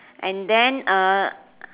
and then uh